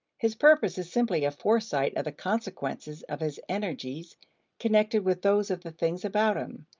his purpose is simply a foresight of the consequences of his energies connected with those of the things about him,